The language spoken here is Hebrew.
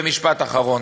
ומשפט אחרון,